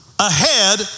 Ahead